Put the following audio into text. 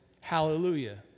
hallelujah